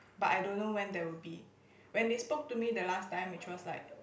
but I don't know when that will be when the spoke to me the last time which was like